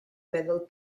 medal